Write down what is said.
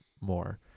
more